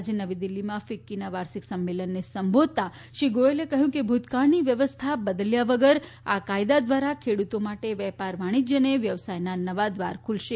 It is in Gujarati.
આજે નવી દિલ્હીમાં ફિક્કીના વાર્ષિક સંમેલનને સંબોધતા શ્રી ગોયલે કહ્યું કે ભૂતકાળની વ્યવસ્થા બદલ્યા વગર આ કાયદા દ્વારા ખેડૂતો માટે વેપાર વાણિજ્ય અને વ્યવસાયના નવા દ્વાર ખુલશે